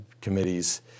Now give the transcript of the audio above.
committees